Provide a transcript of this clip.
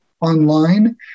online